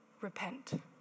repent